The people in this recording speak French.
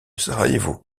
sarajevo